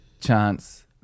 chance